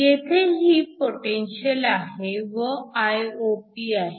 येथेही पोटेन्शिअल आहे व Iop आहे